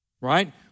right